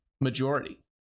majority